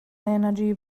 energy